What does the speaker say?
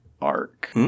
arc